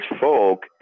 Folk